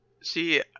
See